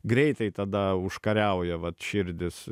greitai tada užkariauja vat širdis